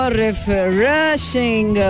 refreshing